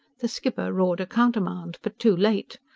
the skipper roared a countermand, but too late.